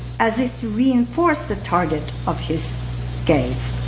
as if to reinforce the target of his gaze.